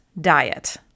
diet